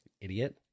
Idiot